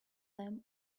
them